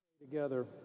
Together